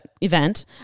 event